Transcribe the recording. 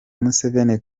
museveni